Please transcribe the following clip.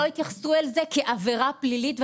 -- לא יתייחסו אל זה כעבירה פלילית.